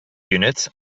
units